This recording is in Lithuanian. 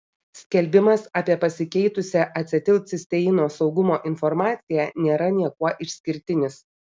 skelbimas apie pasikeitusią acetilcisteino saugumo informaciją nėra niekuo išskirtinis